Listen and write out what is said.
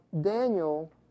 Daniel